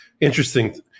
interesting